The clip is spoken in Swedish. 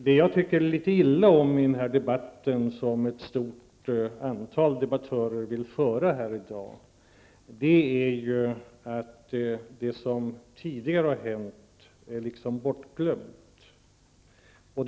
Det jag tycker litet illa om i den debatt som ett stort antal debattörer vill föra här i dag är att det som tidigare har hänt liksom är bortglömt.